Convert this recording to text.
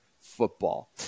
football